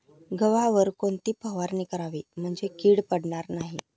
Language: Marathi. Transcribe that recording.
गव्हावर कोणती फवारणी करावी म्हणजे कीड पडणार नाही?